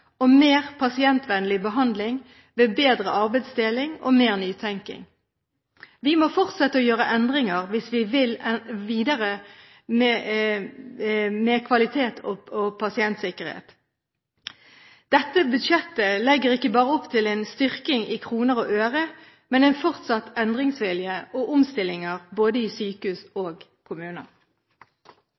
og mer pasientvennlig behandling ved bedre arbeidsdeling og mer nytenkning. Vi må fortsette å gjøre endringer hvis vi vil videre med kvalitet og pasientsikkerhet. Dette budsjettet legger ikke bare opp til en styrking i kroner og øre, men en fortsatt endringsvilje og omstillinger både i sykehus og kommuner.